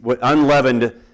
unleavened